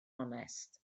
onest